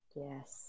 Yes